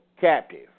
captive